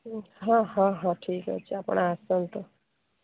ହଁ ହଁ ହଁ ଠିକ ଅଛି ଆପଣ ଆସନ୍ତୁ